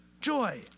joy